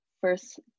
first